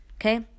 Okay